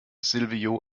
silvio